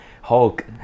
Hulk